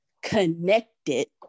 connected